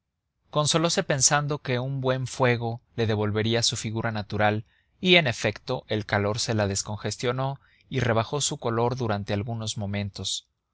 mal colocado consolose pensando que un buen fuego le devolvería su figura natural y en efecto el calor se la descongestionó y rebajó su color durante algunos momentos